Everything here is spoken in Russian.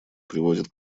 приводит